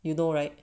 you know right